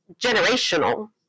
generational